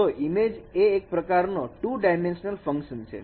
તો ઈમેજ એ એક પ્રકારનો 2 ડાયમેસનલ ફંકશન છે